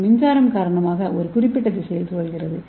இது மின்சாரம் காரணமாக ஒரு குறிப்பிட்ட திசையில் சுழல்கிறது